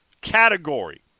category